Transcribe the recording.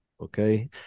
Okay